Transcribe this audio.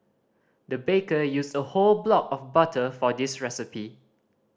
the baker used a whole block of butter for this recipe